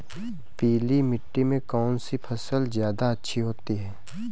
पीली मिट्टी में कौन सी फसल ज्यादा अच्छी होती है?